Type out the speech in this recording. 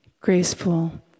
graceful